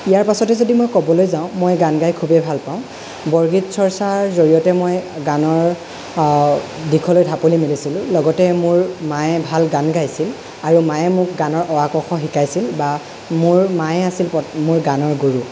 ইয়াৰ পাছতে যদি মই ক'বলৈ যাওঁ মই গান গাই খুবেই ভাল পাওঁ বৰগীত চৰ্চাৰ জৰিয়তে মই গানৰ দিশলৈ ঢাপলি মেলিছিলোঁ লগতে মোৰ মায়ে ভাল গান গাইছিল আৰু মায়ে মোক গানৰ অ আ ক খ শিকাইছিল বা মোৰ মায়ে আছিল মোৰ গানৰ গুৰু